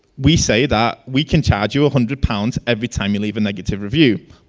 we say that we can charge you a hundred pounds every time you leaving negative review.